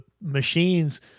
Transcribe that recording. machines